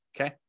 okay